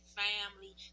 family